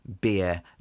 beer